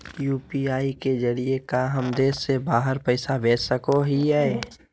UPI के जरिए का हम देश से बाहर पैसा भेज सको हियय?